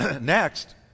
next